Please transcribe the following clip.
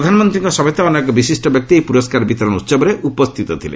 ପ୍ରଧାନମନ୍ତ୍ରୀଙ୍କ ସମେତ ଅନେକ ବିଶିଷ୍ଟ ବ୍ୟକ୍ତି ଏହି ପୁରସ୍କାର ବିତରଣ ଉତ୍ସବରେ ଉପସ୍ଥିତ ଥିଲେ